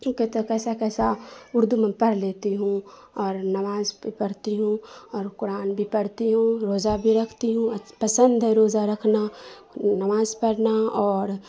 کہتے کیسا کیسا اردو میں پڑھ لیتی ہوں اور نماز بھی پڑھتی ہوں اور قرآن بھی پڑھتی ہوں روزہ بھی رکھتی ہوں پسند ہے روزہ رکھنا نماز پڑھنا اور